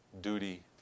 duty